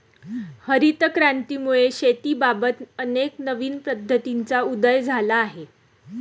हरित क्रांतीमुळे शेतीबाबत अनेक नवीन पद्धतींचा उदय झाला आहे